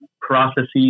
processes